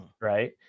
right